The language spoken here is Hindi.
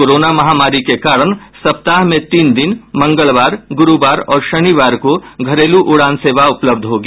कोरोना महामारी के कारण सप्ताह में तीन दिन मंगलवार गुरूवार और शनिवार को घरेलू उड़ान सेवा उपलब्ध होंगी